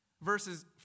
Verses